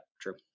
true